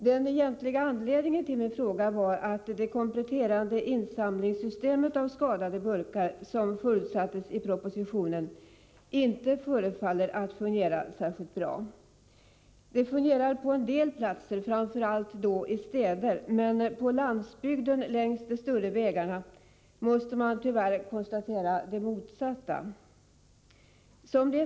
Den egentliga anledningen till min fråga var att det kompletterande insamlingssystem när det gäller skadade burkar som förutsattes i propositionen inte förefaller fungera särskilt bra. Det fungerar på en del platser, framför allt i städer, men på landsbygden längs de större vägarna måste man tyvärr konstatera det motsatta.